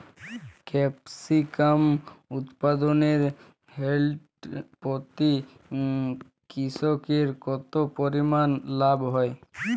Capsicum উৎপাদনে hectare প্রতি কৃষকের কত পরিমান লাভ হয়?